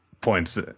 points